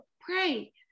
pray